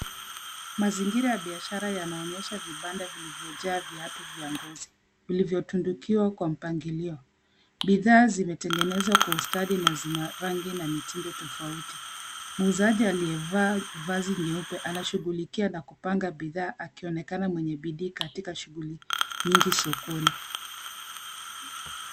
Mazingira ya biashara yanaonyesha vibanda vilivyojaa viatu vya ngozi vilivyotundikiwa kwa mpangilio. Bidhaa zimetengenezwa kwa ustadi na zina rangi na mitindo tofauti. Muuzaji aliyevaa vazi nyeupe, anashughulikia na kupanga bidhaa akionekana mwenye bidhii katika shughuli nyingi sokoni.